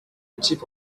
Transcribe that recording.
type